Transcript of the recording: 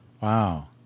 Wow